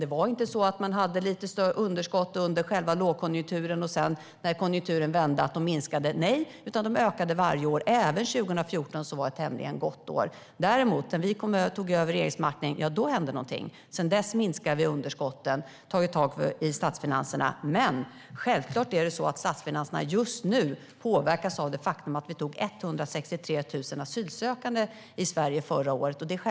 Det var inte så att man hade lite underskott under själva lågkonjunkturen och att de sedan minskade när konjunkturen vände. Nej, de ökade varje år, även 2014, som var ett tämligen gott år. Däremot hände det någonting när vi tog över regeringsmakten. Sedan dess minskar vi underskotten. Vi har tagit tag i statsfinanserna. Men självklart är det så att statsfinanserna just nu påverkas av det faktum att vi tog emot 163 000 asylsökande i Sverige förra året.